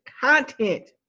content